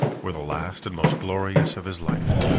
were the last and most glorious of his life.